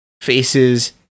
faces